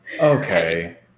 Okay